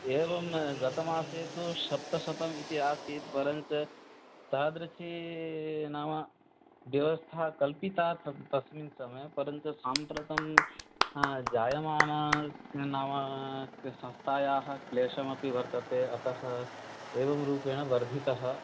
एवं न गतमासे तु सप्तशतम् इति आसीत् परञ्च तादृशी नाम व्यवस्था क्लपिता तत् तस्मिन् समये परञ्च साम्प्रतं जायमाना नामा क् संस्थायाः क्लेशः अपि वर्तते अतः एवंरूपेण वर्धितः